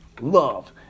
love